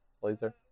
Blazer